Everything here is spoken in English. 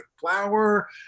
flour